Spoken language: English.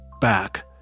back